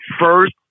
first